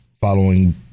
Following